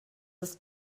ist